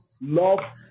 love